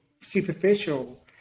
superficial